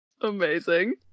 Amazing